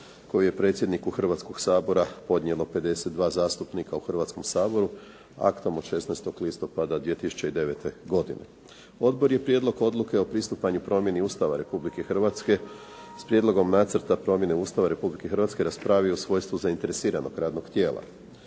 koji je predsjedniku Hrvatskog sabora podnijelo 52 zastupnika u Hrvatskom saboru aktom od 16. listopada 2009. godine. Odbor je Prijedlog Odluke o pristupanju promjeni Ustava Republike Hrvatske s Prijedlogom Nacrta promjene Ustava Republike Hrvatske raspravio u svojstvu zainteresiranog radnog tijela.